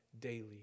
daily